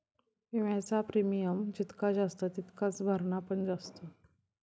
विम्याचा प्रीमियम जितका जास्त तितकाच भरणा पण जास्त